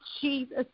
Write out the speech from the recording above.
Jesus